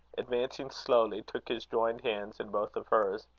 advancing slowly, took his joined hands in both of hers.